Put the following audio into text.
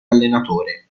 allenatore